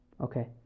Okay